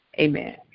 Amen